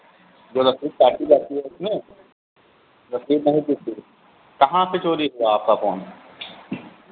जो रसीद काटी जाती है उसमें रसीद नहीं थी कहाँ से चोरी हुआ आपका फ़ोन